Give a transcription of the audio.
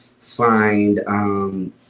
find